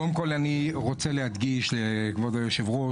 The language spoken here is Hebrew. קודם כל אני רוצה להדגיש לכבוד היושב-ראש